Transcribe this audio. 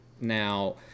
Now